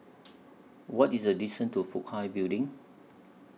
What IS The distance to Fook Hai Building